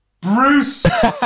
Bruce